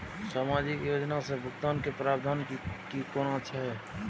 सामाजिक योजना से भुगतान के प्रावधान की कोना छै?